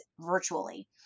virtually